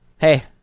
Hey